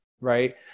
right